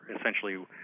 essentially